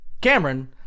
Cameron